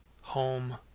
home